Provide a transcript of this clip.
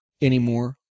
anymore